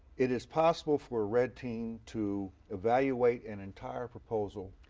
it is possible for a red team to evaluate an entire proposal,